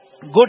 good